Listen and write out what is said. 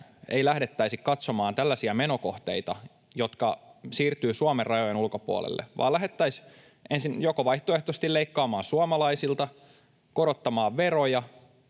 ei lähdettäisi katsomaan tällaisia menokohteita, jotka siirtyvät Suomen rajojen ulkopuolelle, vaan lähettäisiin ensin vaihtoehtoisesti joko leikkaamaan suomalaisilta, korottamaan veroja